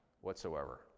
whatsoever